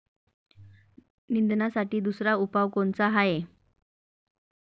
निंदनासाठी दुसरा उपाव कोनचा हाये?